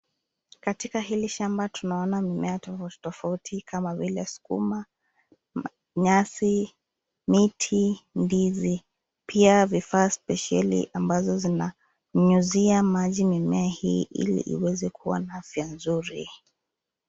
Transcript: Katika hili shamba tunaona mimea tofauti toafuti, kama vile, sukuma, nyasi, miti, ndizi, pia vifaa spesheli ambazo zinanyunyizia maji mimea hii ili kuwa na afya nzuri.